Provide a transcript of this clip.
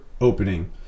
opening